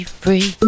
free